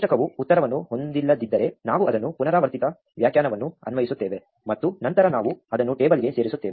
ಕೋಷ್ಟಕವು ಉತ್ತರವನ್ನು ಹೊಂದಿಲ್ಲದಿದ್ದರೆ ನಾವು ಅದನ್ನು ಪುನರಾವರ್ತಿತ ವ್ಯಾಖ್ಯಾನವನ್ನು ಅನ್ವಯಿಸುತ್ತೇವೆ ಮತ್ತು ನಂತರ ನಾವು ಅದನ್ನು ಟೇಬಲ್ಗೆ ಸೇರಿಸುತ್ತೇವೆ